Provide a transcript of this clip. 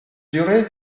duré